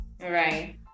Right